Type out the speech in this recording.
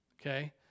Okay